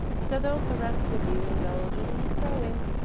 so don't the rest of you indulge in any crowing.